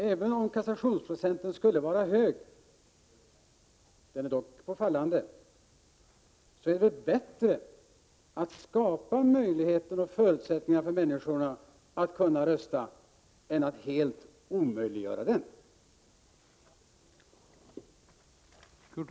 Även om kassationsprocenten skulle vara hög — den är dock i fallande — är det bättre att skapa möjligheter och förutsättningar för människor att rösta än att helt omöjliggöra det.